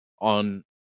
on